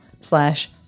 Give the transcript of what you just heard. slash